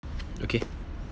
okay